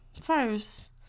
First